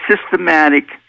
systematic